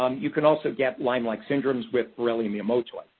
um you can also get lyme-like syndromes with borrelia miyamotoi.